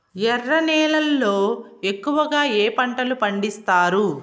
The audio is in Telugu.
ఎర్ర నేలల్లో ఎక్కువగా ఏ పంటలు పండిస్తారు